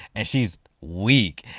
and she's weak.